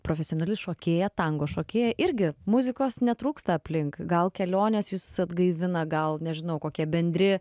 profesionali šokėja tango šokėja irgi muzikos netrūksta aplink gal kelionės jus atgaivina gal nežinau kokie bendri